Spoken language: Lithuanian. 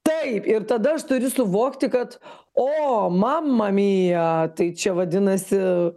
taip ir tada aš turiu suvokti kad o mama mia tai čia vadinasi